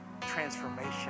transformation